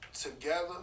together